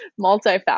multifaceted